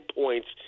points